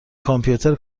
کامپیوتر